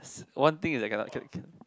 one thing is I cannot